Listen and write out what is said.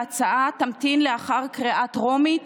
ההצעה תמתין לאחר קריאה טרומית